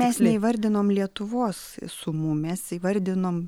mes neįvardinom lietuvos sumų mes įvardinom